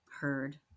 heard